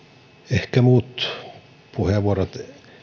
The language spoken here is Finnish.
ehkä muut puheenvuorot